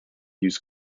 use